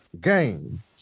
game